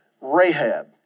Rahab